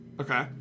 Okay